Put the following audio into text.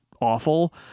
awful